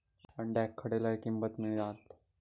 अंड्याक खडे लय किंमत मिळात?